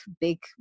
big